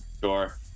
Sure